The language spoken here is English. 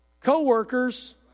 co-workers